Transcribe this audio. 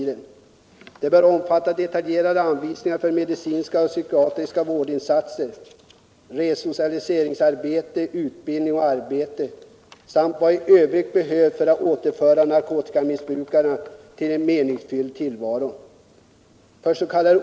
Det bör omfatta detaljerade anvisningar för medicinska och psykiatriska vårdinsatser, resocialiseringsarbete, utbildning och arbete samt vad som i övrigt behövs för att återföra narkotikamissbrukaren till en meningsfylld tillvaro.